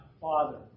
Father